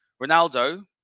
Ronaldo